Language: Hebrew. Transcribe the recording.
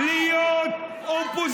תתרגלו להיות אופוזיציה.